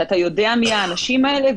שאתה יודע מי האנשים האלה,